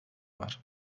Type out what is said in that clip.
var